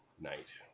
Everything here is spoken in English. night